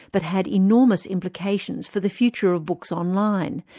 but had enormous implications for the future of books online,